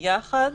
כיחידה אחת,